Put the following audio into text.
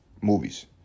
movies